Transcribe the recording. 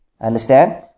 understand